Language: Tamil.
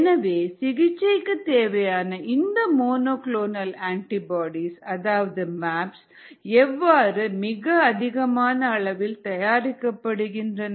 எனவே சிகிச்சைக்கு தேவையான இந்த மோனோ குளோனல் அண்டிபோடீஸ் அதாவது மேப்ஸ் எவ்வாறு மிக அதிகமான அளவில் தயாரிக்கப்படுகின்றன